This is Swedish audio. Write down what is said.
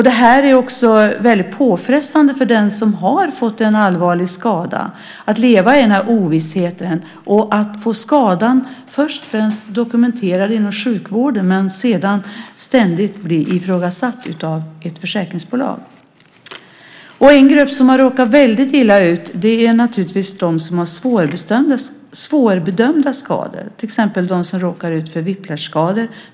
Det är väldigt påfrestande för den som har fått en allvarlig skada att leva i den här ovissheten och att först få skadan dokumenterad inom sjukvården men sedan ständigt bli ifrågasatt av ett försäkringsbolag. En grupp som har råkat väldigt illa ut är de som har svårbedömda skador, till exempel de som råkat ut för whiplash skador.